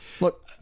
Look